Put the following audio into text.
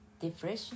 depression